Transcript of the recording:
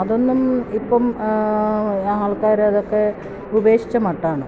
അതൊന്നും ഇപ്പം ആ ആൾക്കാര് അതൊക്കെ ഉപേക്ഷിച്ച മട്ടാണ്